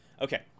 Okay